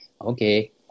Okay